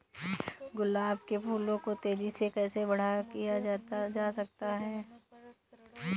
गुलाब के फूलों को तेजी से कैसे बड़ा किया जा सकता है?